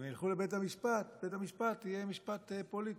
הם ילכו לבית המשפט, בית המשפט יהיה משפט פוליטי?